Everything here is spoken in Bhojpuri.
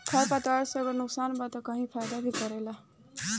खर पतवार से अगर नुकसान बा त कही फायदा भी करेला